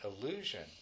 illusion